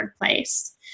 place